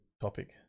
topic